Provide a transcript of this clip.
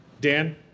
Dan